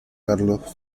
carlos